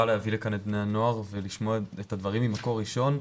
להביא לכאן את בני הנוער ולשמוע את הדברים ממקור ראשון,